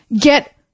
get